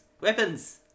weapons